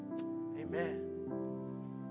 Amen